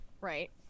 right